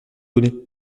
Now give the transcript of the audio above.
donné